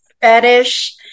fetish